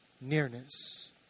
nearness